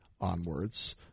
Onwards